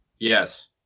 Yes